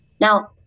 Now